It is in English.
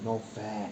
no fat